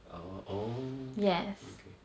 ah oh okay